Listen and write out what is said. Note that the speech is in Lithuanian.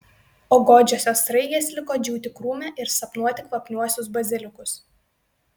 o godžiosios sraigės liko džiūti krūme ir sapnuoti kvapniuosius bazilikus